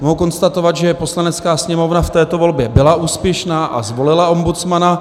Mohu konstatovat, že Poslanecká sněmovna v této volbě byla úspěšná a zvolila ombudsmana.